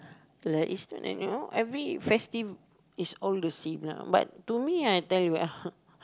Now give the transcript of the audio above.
there is you know every festive is all the same lah but to me I tell you ah